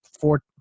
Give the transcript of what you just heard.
four